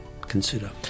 consider